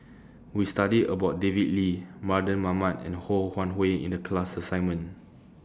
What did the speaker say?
We studied about David Lee Mardan Mamat and Ho Wan Hui in The class assignment